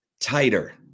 tighter